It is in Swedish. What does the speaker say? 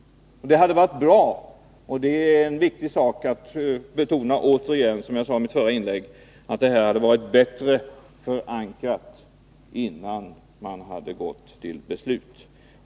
Det hade varit bra — det är viktigt att betona det återigen — om förslaget hade förankrats bättre innan man hade gått till beslut.